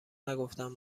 نگفتن